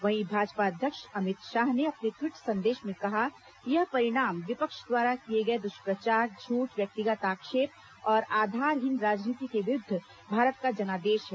वहीं भाजपा अध्यक्ष अमित शाह ने अपने ट्वीट संदेश में कहा कि यह परिणाम विपक्ष द्वारा किये गये दुष्प्रचार झूठ व्यक्तिगत आक्षेप और आ धारहीन राजनीति के विरुद्ध भारत का जनादेश है